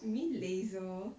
you mean laser